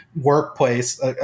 workplace